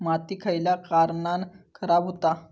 माती खयल्या कारणान खराब हुता?